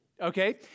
okay